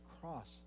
cross